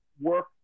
work